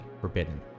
forbidden